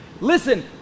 Listen